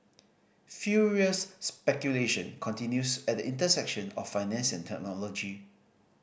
furious speculation continues at the intersection of finance and technology